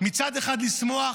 מצד אחד לשמוח,